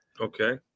Okay